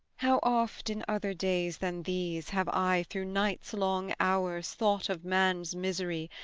how oft, in other days than these, have i through night's long hours thought of man's misery,